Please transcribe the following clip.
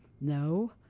no